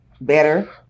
better